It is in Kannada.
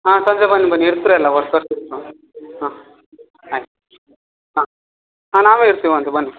ಹಾಂ ಸಂಜೆ ಬನ್ನಿ ಬನ್ನಿ ಇರ್ತಿರ ಅಲ್ಲ ವರ್ಕರ್ಸ್ ಇರ್ತ ಹಾಂ ಹಾಂ ಆಯ್ತು ಹಾಂ ಹಾಂ ನಾವೇ ಇರ್ತೇವೆ ಅಂತೆ ಬನ್ನಿ